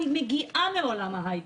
אני מגיעה מעולם ההייטק.